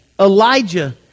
Elijah